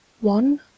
One